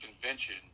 convention